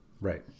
right